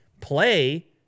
play